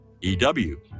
EW